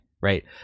right